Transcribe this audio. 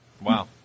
Wow